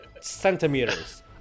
centimeters